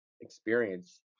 experience